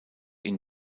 ihn